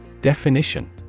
Definition